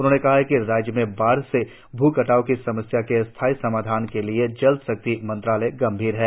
उन्होंने कहा कि राज्य में बाढ़ से भू कटाव की समस्या के स्थायी समाधान के लिए जल शक्ति मंत्रालय गंभीर है